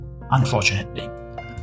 unfortunately